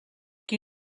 qui